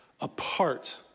apart